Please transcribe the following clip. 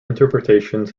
interpretations